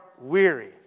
weary